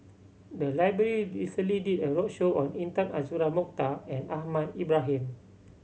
the library recently did a roadshow on Intan Azura Mokhtar and Ahmad Ibrahim